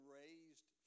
raised